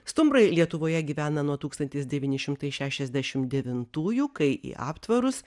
stumbrai lietuvoje gyvena nuo tūkstantis devyni šimtai šešiasdešimt devintųjų kai į aptvarus